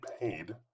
paid